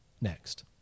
next